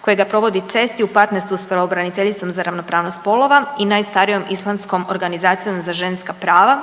kojega provodi CEST i u partnerstvu s pravobraniteljicom za ravnopravnost spolova i najstarijom islandskom organizacijom za ženska prava.